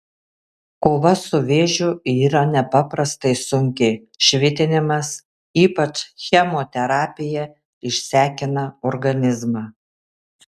kova su vėžiu yra nepaprastai sunki švitinimas ypač chemoterapija išsekina organizmą